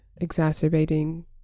exacerbating